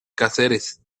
cáceres